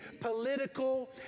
political